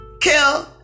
kill